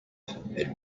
had